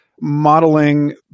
modeling